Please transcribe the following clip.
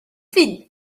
fynd